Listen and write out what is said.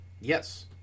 Yes